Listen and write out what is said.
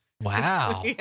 Wow